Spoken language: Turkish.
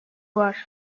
var